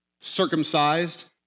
Circumcised